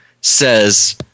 says